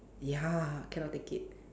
ya cannot take it